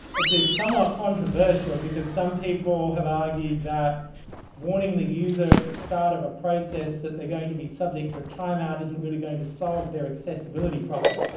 it's it's somewhat controversial because some people have argued that warning the user at the start of a process that they're going to be subject to a timeout isn't really going to solve their accessibility problem.